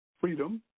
Freedom